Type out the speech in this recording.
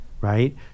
Right